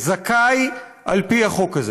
ולזכאי על פי החוק הזה.